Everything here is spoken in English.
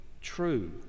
true